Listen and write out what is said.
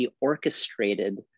orchestrated